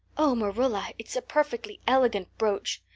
oh, marilla, it's a perfectly elegant brooch.